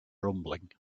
rumbling